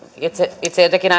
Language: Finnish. itse itse jotenkin